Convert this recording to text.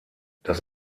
das